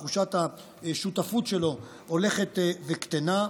תחושת השותפות שלו הולכת וקטנה,